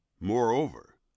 Moreover